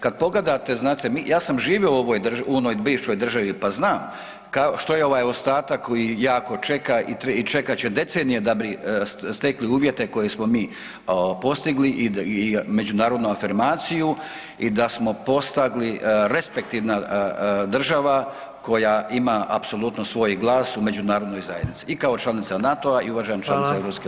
Kada pogledate znate ja sam živio u onoj bivšoj državi pa zna što je ovaj ostatak koji jako čeka i čekat će decenije da bi stekli uvjete koje smo mi postigli i međunarodnu afirmaciju i da smo postali respektivna država koja ima apsolutno svoj glas u međunarodnoj zajednici i kao članica NATO-a i uvažena članica EU.